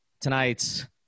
tonight's